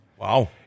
wow